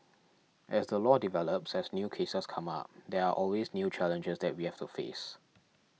as the law develops as new cases come up there are always new challenges that we have to face